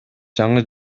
жаңы